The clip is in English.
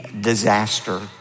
disaster